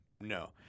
No